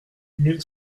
mille